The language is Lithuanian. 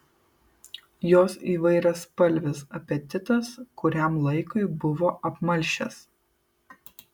jos įvairialypis apetitas kuriam laikui buvo apmalšęs